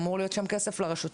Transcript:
אמור להיות שם כסף לרשות,